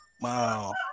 wow